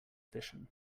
fission